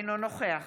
אינו נוכח